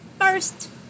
first